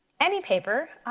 any paper,